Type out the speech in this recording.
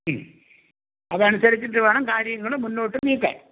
ഉം അതനുസരിച്ചിട്ട് വേണം കാര്യങ്ങൾ മുന്നോട്ട് നീക്കാൻ